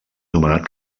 nomenat